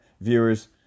viewers